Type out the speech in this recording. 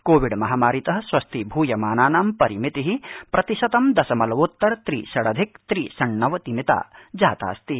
Covid महामारी त स्वस्थीभूय मनानां परिमिति प्रतिशतं दशमलवोत्तर त्रि षडधिक त्रि णवति मिता जातास्ति